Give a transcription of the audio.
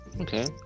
Okay